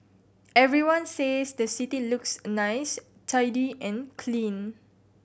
everyone says the city looks nice tidy and clean